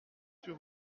sur